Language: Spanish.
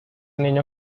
niño